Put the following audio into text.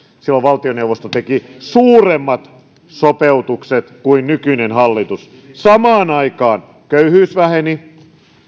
silloin valtioneuvosto teki suuremmat sopeutukset kuin nykyinen hallitus samaan aikaan köyhyys väheni